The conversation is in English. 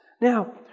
Now